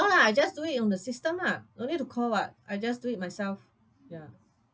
no lah I just do it on the system ah don't need to call [what] I just do it myself ya